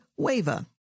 WAVA